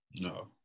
No